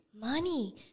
money